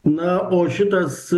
na o šitas